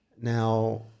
Now